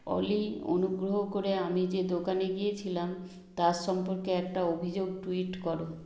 অলি অনুগ্রহ করে আমি যে দোকানে গিয়েছিলাম তার সম্পর্কে একটা অভিযোগ ট্যুইট করো